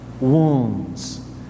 wounds